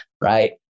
right